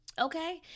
Okay